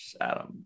Adam